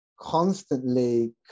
constantly